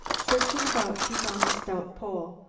searching about, she found a stout pole.